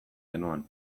genuen